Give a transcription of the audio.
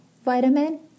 vitamin